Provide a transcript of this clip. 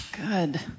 Good